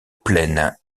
plaine